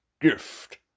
GIFT